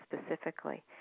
specifically